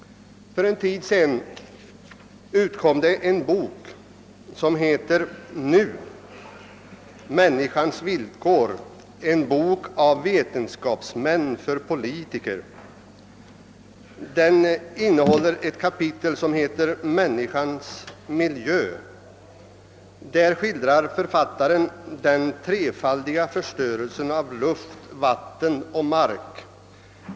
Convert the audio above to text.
För en tid sedan utkom en bok, som heter »Nu! Människans villkor, en bok av vetenskapsmän för politiker». Den innehåller ett kapitel, som heter Människans miljö. Där skildrar författaren den trefaldiga förstörelsen av luft, vatten och mark.